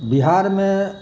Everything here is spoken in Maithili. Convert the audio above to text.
बिहारमे